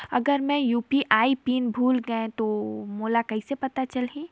अगर मैं UPI PIN भुल गये हो तो मोला कइसे पता चलही?